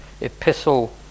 epistle